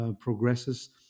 progresses